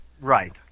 Right